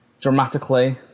dramatically